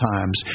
Times